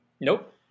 Nope